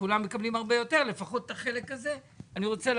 כולם מקבלים הרבה יותר ואני רוצה לדעת האם לפחות החלק הזה הוא בביצוע.